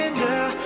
girl